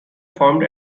formed